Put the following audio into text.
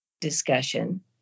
discussion